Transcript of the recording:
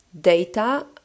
data